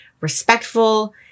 respectful